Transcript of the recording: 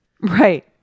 Right